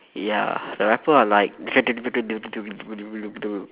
ya the rapper are like